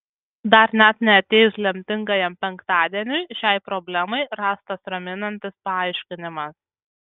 dar net neatėjus lemtingajam penktadieniui šiai problemai rastas raminantis paaiškinimas